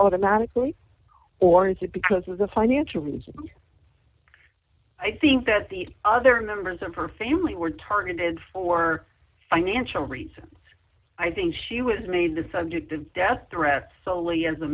automatically or is it because of the financial reasons i think that the other members of her family were targeted for financial reasons i think she was made the subject of death threats solely as a